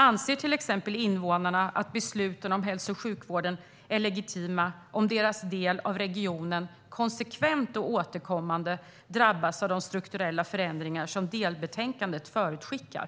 Anser till exempel invånarna att besluten om hälso och sjukvården är legitima om deras del av regionen konsekvent och återkommande drabbas av de strukturella förändringar som delbetänkandet förutskickar?